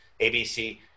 ABC